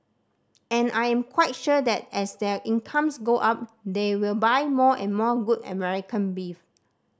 and I am quite sure that as their incomes go up they will buy more and more good American beef